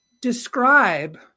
describe